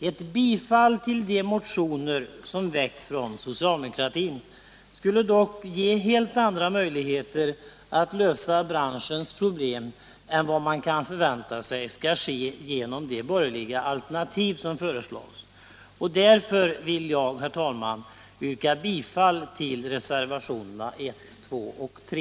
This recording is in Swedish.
Ett bifall till de motioner som väckts från socialdemokratin skulle dock ge helt andra möjligheter att lösa branschens problem än vad man kan förvänta sig skall ske genom de borgerliga alternativ som föreslås. Därför vill jag, herr talman, yrka bifall till reservationerna 1, 2 och 3.